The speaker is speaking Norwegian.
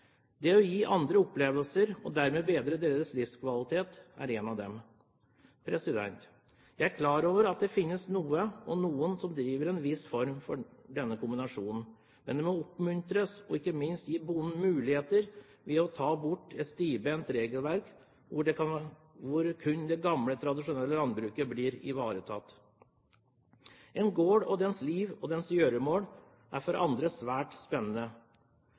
Det å gi andre opplevelser og dermed bedre deres livskvalitet er en av dem. Jeg er klar over at det finnes noe av dette, og at noen driver en viss form for denne kombinasjonen, men det må oppmuntres. Ved å ta bort et stivbent regelverk hvor kun det gamle, tradisjonelle landbruket blir ivaretatt, gir man bonden muligheter. For andre er en gård, dens liv og gjøremål,